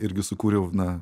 irgi sukūriau na